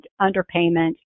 underpayment